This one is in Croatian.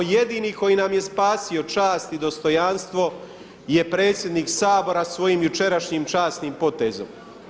Jedini koji nam je spasio čast i dostojanstvo je predsjednik Sabora svojim jučerašnjim časnim potezom.